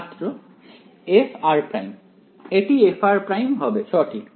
ছাত্র fr এটি fr হবে সঠিক